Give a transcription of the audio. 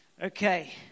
Okay